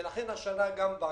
ולכן השנה גם באנו,